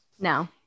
no